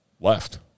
left